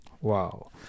Wow